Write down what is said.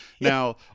Now